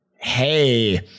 Hey